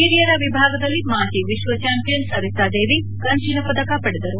ಓರಿಯರ ವಿಭಾಗದಲ್ಲಿ ಮಾಜಿ ವಿಶ್ವಚಾಂಪಿಯನ್ ಸರಿತಾ ದೇವಿ ಕಂಚಿನ ಪದಕ ಪಡೆದರು